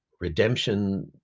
redemption